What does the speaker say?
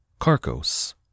Carcos